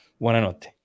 Buonanotte